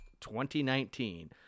2019